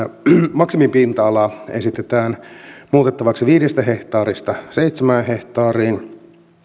maksimipinta alaa esitetään muutettavaksi viidestä hehtaarista seitsemään hehtaariin